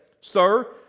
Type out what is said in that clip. Sir